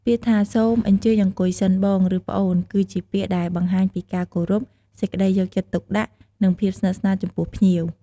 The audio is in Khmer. ពាក្យថា "សូមអញ្ជើញអង្គុយសិន បង ឬ ប្អូន" គឺជាពាក្យដែលបង្ហាញពីការគោរព សេចក្ដីយកចិត្តទុកដាក់ និងភាពស្និទ្ធស្នាលចំពោះភ្ញៀវ។